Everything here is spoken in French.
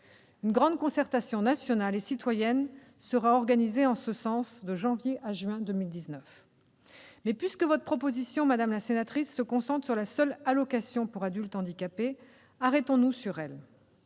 Une grande concertation nationale et citoyenne sera organisée en ce sens de janvier à juin 2019. Mais puisque votre proposition, madame la sénatrice, se concentre sur la seule allocation aux adultes handicapés, arrêtons-nous sur elle.